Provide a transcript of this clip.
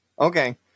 Okay